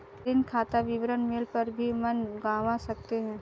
ऋण खाता विवरण मेल पर भी मंगवा सकते है